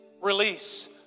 release